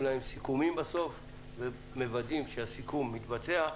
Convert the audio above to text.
להם בסוף סיכומים ומוודאים שהסיכום יתבצע.